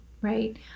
Right